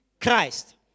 Christ